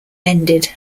ended